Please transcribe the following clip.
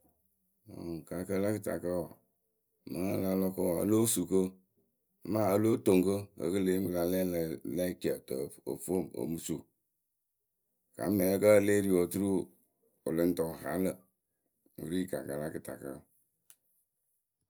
gakǝ la kɨtakǝ wǝǝ mɨŋ a la lɔ kɨ wǝǝ o lóo su kɨ ama o lóo toŋ kɨ kǝ́ kǝ le yeemɨ kɨ la lɛ a la lɛ e ci ǝtǝ ǝf-ǝfo o mɨ su. gaamɛɛ kǝ́ e lée ri wǝ oturu wɨ lɨŋ tɨ wɨ haa lǝ̈ wɨ ri gakǝ la kɨtakǝ.